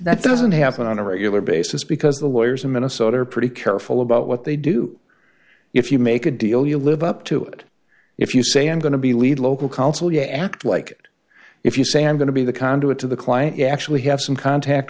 that doesn't happen on a regular basis because the lawyers in minnesota are pretty careful about what they do if you make a deal you live up to it if you say i'm going to be lead local counsel you act like if you say i'm going to be the conduit to the client you actually have some contact